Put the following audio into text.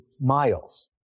miles